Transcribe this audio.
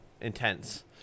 intense